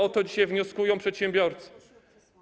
O to dzisiaj wnioskują przedsiębiorcy.